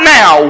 now